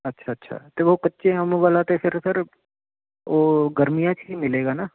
ਅੱਛਾ ਅੱਛਾ ਅਤੇ ਉਹ ਕੱਚੇ ਅੰਬ ਵਾਲਾ ਅਤੇ ਫਿਰ ਸਰ ਉਹ ਗਰਮੀਆਂ 'ਚ ਹੀ ਮਿਲੇਗਾ ਨਾ